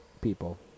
people